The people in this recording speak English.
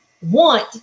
want